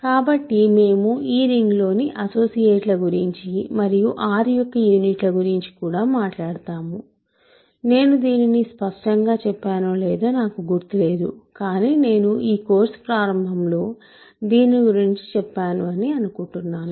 కాబట్టి మేము ఈ రింగ్లోని అసోసియేట్ ల గురించి మరియు R యొక్క యూనిట్లు గురించి కూడా మాట్లాడతాము నేను దీన్ని స్పష్టంగా చెప్పానో లేదో నాకు గుర్తు లేదు కానీ నేను ఈ కోర్సు ప్రారంభంలో దీనిని గురించి చెప్పాను అని అనుకుంటున్నాను